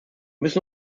müssen